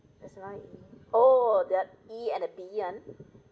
that's right oh the E and the B [one]